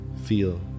feel